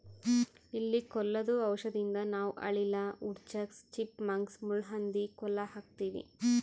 ಇಲಿ ಕೊಲ್ಲದು ಔಷಧದಿಂದ ನಾವ್ ಅಳಿಲ, ವುಡ್ ಚಕ್ಸ್, ಚಿಪ್ ಮಂಕ್ಸ್, ಮುಳ್ಳಹಂದಿ ಕೊಲ್ಲ ಹಾಕ್ತಿವಿ